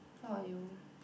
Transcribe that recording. how about you